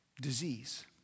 disease